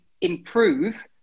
improve